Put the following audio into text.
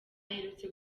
aherutse